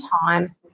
time